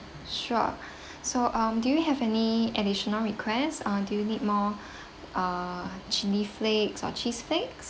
sure so um do you have any additional requests uh do you need more uh chilli flakes or cheese flakes